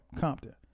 Compton